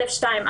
א/2,